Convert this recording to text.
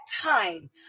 time